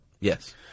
Yes